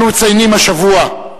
אנו מציינים השבוע,